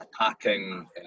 attacking